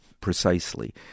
precisely